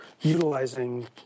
utilizing